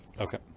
Okay